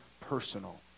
personal